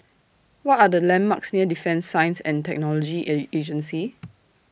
What Are The landmarks near Defence Science and Technology A Agency